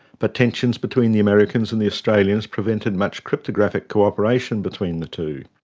but tensions between the americans and the australians prevented much cryptographic co-operation between the two.